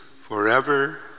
forever